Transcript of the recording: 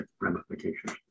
ramifications